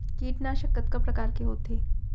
कीटनाशक कतका प्रकार के होथे?